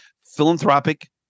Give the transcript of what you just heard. philanthropic